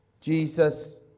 Jesus